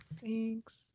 Thanks